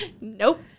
Nope